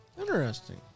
Interesting